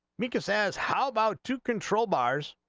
because says how about two control bars